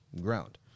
ground